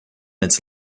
its